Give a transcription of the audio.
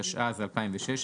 התשע"ז-2016,